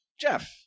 Jeff